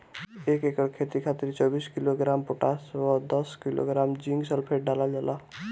एक एकड़ खेत खातिर चौबीस किलोग्राम पोटाश व दस किलोग्राम जिंक सल्फेट डालल जाला?